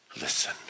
listen